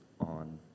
on